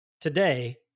Today